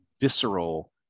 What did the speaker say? visceral